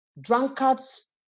drunkards